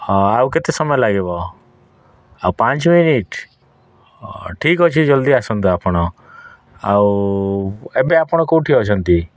ଆଉ କେତେ ସମୟ ଲାଗିବ ଆଉ ପାଞ୍ଚ ମିନିଟ୍ ହଁ ଠିକ୍ ଅଛି ଜଲ୍ଦି ଆସନ୍ତୁ ଆପଣ ଆଉ ଏବେ ଆପଣ କେଉଁଠି ଅଛନ୍ତି